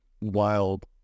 wild